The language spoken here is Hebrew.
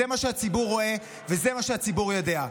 זה מה שהציבור רואה וזה מה שהציבור יודע.